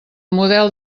model